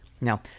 Now